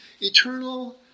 eternal